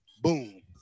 Boom